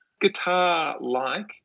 guitar-like